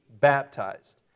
baptized